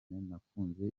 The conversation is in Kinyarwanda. nakunze